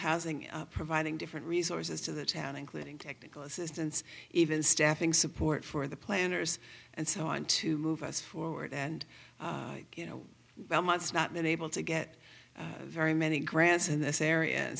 housing providing different resources to the town including technical assistance even staffing support for the planners and so on to move us forward and you know months not been able to get very many grants in this area